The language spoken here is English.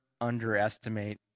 underestimate